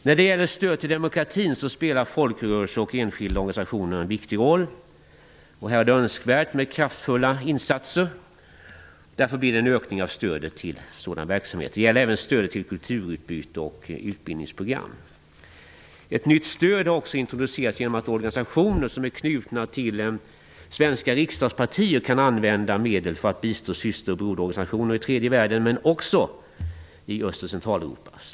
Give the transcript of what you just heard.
När det gäller stöd till demokratin spelar folkrörelser och enskilda organisationer en viktig roll. Här är det önskvärt med kraftfulla insatser, och därför blir det en ökning av stödet till sådan verksamhet. Det gäller även stödet till kulturutbyte och till utbildningsprogram. Ett nytt stöd har också introducerats genom att organisationer som är knutna till svenska riksdagspartier kan använda medel för att bistå syster och broderorganisationer i tredje världen, men också i Öst och Centraleuropa.